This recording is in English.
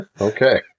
Okay